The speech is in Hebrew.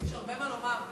יש הרבה מה לומר.